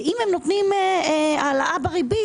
ואם נותנים העלאה בריבית,